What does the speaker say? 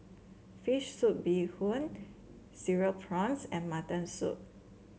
fish soup Bee Hoon Cereal Prawns and Mutton Soup